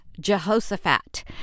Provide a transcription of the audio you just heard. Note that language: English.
Jehoshaphat